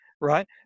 right